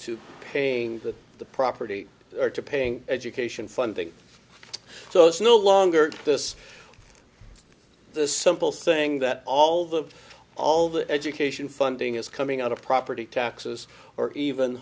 to paying that the property or to paying education funding so it's no longer this the simple thing that all the all the education funding is coming out of property taxes or even